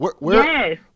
yes